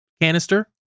canister